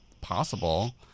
possible